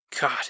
God